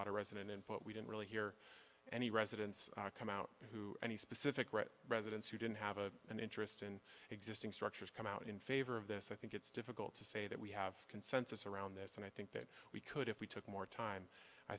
of resident input we don't really hear any residents come out who any specific red residents who didn't have a an interest in existing structures come out in favor of this i think it's difficult to say that we have consensus around this and i think that we could if we took more time i